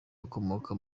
ukomoka